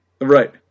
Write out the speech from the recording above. Right